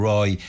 Roy